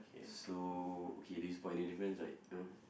so okay do you spot any difference right no